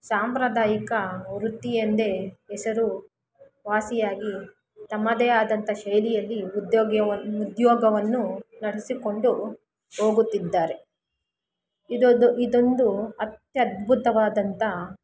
ಸಾಂಪ್ರದಾಯಿಕ ವೃತ್ತಿ ಎಂದೇ ಹೆಸರು ವಾಸಿಯಾಗಿ ತಮ್ಮದೇ ಆದಂಥ ಶೈಲಿಯಲ್ಲಿ ಉದ್ಯೋಗ್ಯವನ್ನು ಉದ್ಯೋಗವನ್ನು ನಡೆಸಿಕೊಂಡು ಹೋಗುತ್ತಿದ್ದಾರೆ ಇದೊಂದು ಇದೊಂದು ಅತ್ಯದ್ಭುತವಾದಂಥ